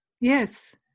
Yes